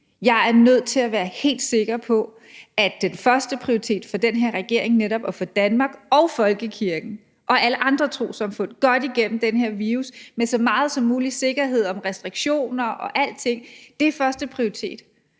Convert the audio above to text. Jeg er nødt til at være helt sikker på, at førsteprioritet for den her regering netop er at få Danmark og folkekirken og alle andre trossamfund godt igennem den her virus med så stor sikkerhed som muligt, med restriktioner og alting. Det er førsteprioritet,